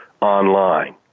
online